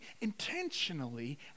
intentionally